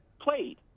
played